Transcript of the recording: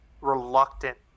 reluctant